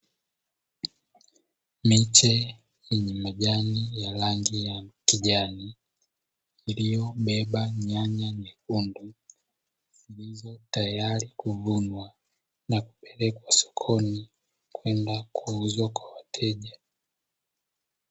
Miche yenye majani rangi ya kijani, iliyobeba nyanya nyekundu zilizo tayari kuvunwa na kupelekwa sokoni kwenda kuuzwa kwa wateja.